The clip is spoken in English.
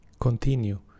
continue